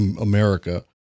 america